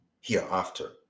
hereafter